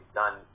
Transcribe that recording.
done